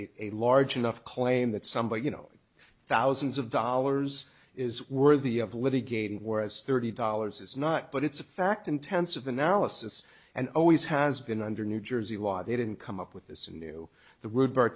a large enough claim that somebody you know thousands of dollars is worthy of litigating whereas thirty dollars is not but it's a fact intensive analysis and always has been under new jersey law they didn't come up with this in new the word birth